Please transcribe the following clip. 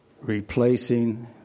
replacing